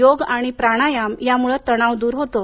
योग आणि प्राणायाम यामुळं तणाव दूर होतो